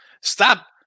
stop